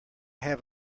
have